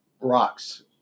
rocks